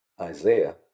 Isaiah